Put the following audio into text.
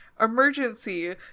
Emergency